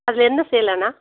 அது ரெண்டும் செய்யலாண்ணா